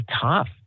tough